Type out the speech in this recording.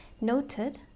noted